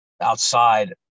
outside